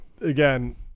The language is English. again